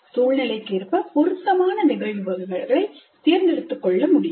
சூழ்நிலைக்கேற்ப பொருத்தமான நிகழ்வுகளை தேர்ந்தெடுத்துக்கொள்ள முடியும்